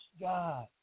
God